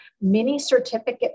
mini-certificate